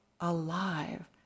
alive